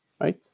right